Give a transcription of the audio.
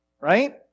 right